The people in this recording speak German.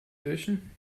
löschen